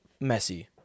Messi